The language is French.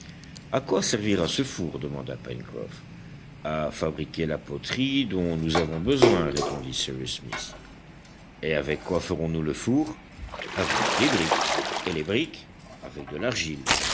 à quoi servira ce four demanda pencroff à fabriquer la poterie dont nous avons besoin répondit cyrus smith et avec quoi ferons-nous le four avec des briques et les briques avec de l'argile